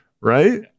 Right